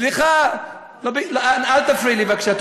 סליחה, אל תפריעי לי בבקשה.